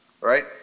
Right